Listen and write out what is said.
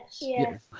Yes